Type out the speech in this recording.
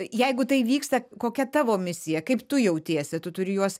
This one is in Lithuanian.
jeigu tai vyksta kokia tavo misija kaip tu jautiesi tu turi juos